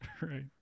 right